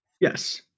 Yes